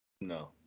No